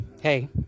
hey